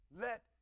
let